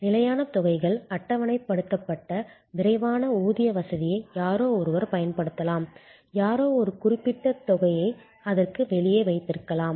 நிலையான தொகைகள் அட்டவணைப்படுத்தப்பட்ட விரைவான ஊதிய வசதியை யாரோ ஒருவர் பயன்படுத்தலாம் யாரோ ஒரு குறிப்பிட்ட தொகையை அதற்கு வெளியே வைத்திருக்கலாம்